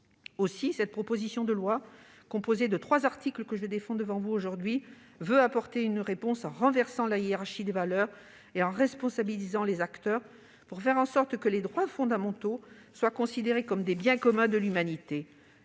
Aussi, cette proposition de loi composée des trois articles que je défends devant vous, a pour objet d'apporter une réponse en renversant la hiérarchie des valeurs et en responsabilisant les acteurs, pour faire en sorte que les droits fondamentaux soient considérés comme les biens communs de l'humanité.